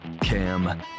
Cam